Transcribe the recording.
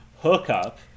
hookup